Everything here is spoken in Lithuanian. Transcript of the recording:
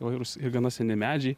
įvairūs ir gana seni medžiai